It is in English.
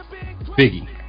Biggie